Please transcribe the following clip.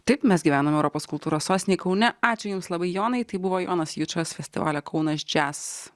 taip mes gyvenam europos kultūros sostinėj kaune ačiū jums labai jonai tai buvo jonas jučas festivalio kaunas džias